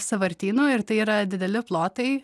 sąvartynų ir tai yra dideli plotai